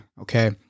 okay